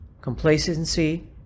complacency